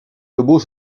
debout